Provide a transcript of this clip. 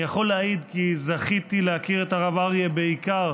אני יכול להעיד כי זכיתי להכיר את הרב אריה בעיקר